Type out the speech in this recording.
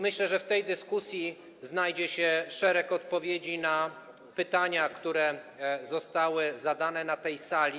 Myślę, że w tej dyskusji znajdzie się szereg odpowiedzi na pytania, które zostały zadane na tej sali.